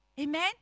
Amen